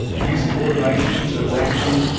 using automation to rank them.